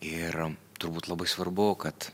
ir turbūt labai svarbu kad